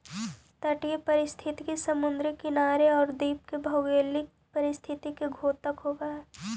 तटीय पारिस्थितिकी समुद्री किनारे आउ द्वीप के भौगोलिक परिस्थिति के द्योतक हइ